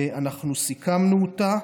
ואנחנו סיכמנו אותה.